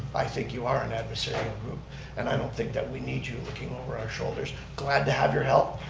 i think you are an adversarial group and i don't think that we need you looking over our shoulders. glad to have your help,